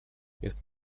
jest